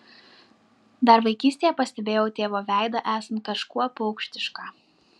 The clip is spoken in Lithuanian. dar vaikystėje pastebėjau tėvo veidą esant kažkuo paukštišką